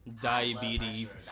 diabetes